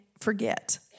forget